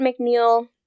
McNeil